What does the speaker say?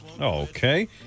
Okay